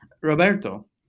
Roberto